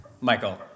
michael